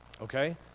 okay